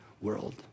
world